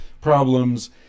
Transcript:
problems